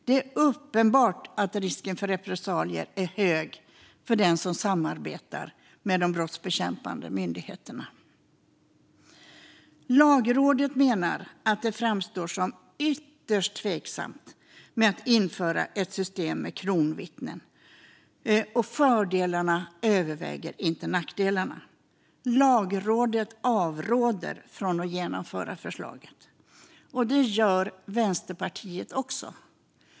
Det är uppenbart att risken för repressalier är hög för den som samarbetar med de brottsbekämpande myndigheterna. Lagrådet menar att det framstår som ytterst tveksamt att införa ett system med kronvittnen, och fördelarna överväger inte nackdelarna. Lagrådet avråder från att genomföra förslaget. Det gör Vänsterpartiet också.